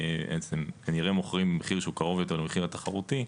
והם בעצם כנראה מוכרים במחיר שהוא קרוב יותר למחיר התחרותי,